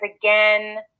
again